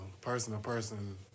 person-to-person